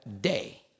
day